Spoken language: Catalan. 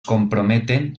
comprometen